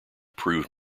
proved